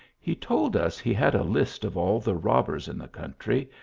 he told us he had a list of all the robbers in the country,